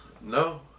No